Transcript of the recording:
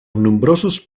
nombrosos